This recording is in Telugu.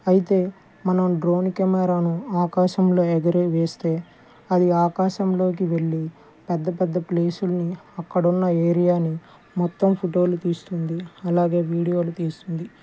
అయితే మనం డ్రోన్ కెమెరాను ఆకాశంలో ఎగర వేస్తే అది ఆకాశంలోకి వెళ్ళి పెద్ద పెద్ద ప్లేసులను అక్కడ ఉన్న ఏరియాని మొత్తం ఫోటోలు తీస్తుంది అలాగే వీడియోలు తీస్తుంది